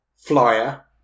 Flyer